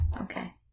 Okay